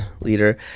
leader